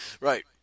right